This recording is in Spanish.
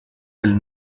del